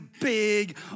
big